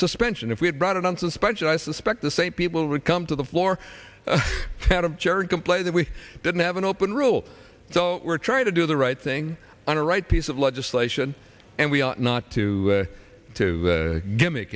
suspension if we had brought it on suspension i suspect the same people would come to the floor jerry complain that we didn't have an open rule so we're trying to do the right thing on a right piece of legislation and we ought not to to gimmick